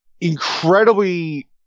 incredibly